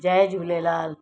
Jay Jhulelal